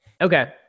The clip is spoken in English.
Okay